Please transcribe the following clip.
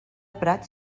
prats